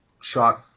shot